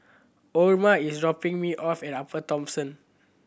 Orma is dropping me off at Upper Thomson